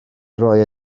roi